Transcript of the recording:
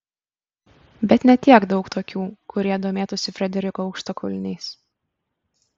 bet ne tiek daug tokių kurie domėtųsi frederiko aukštakulniais